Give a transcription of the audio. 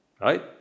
right